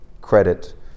credit